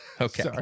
okay